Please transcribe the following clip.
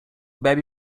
bebe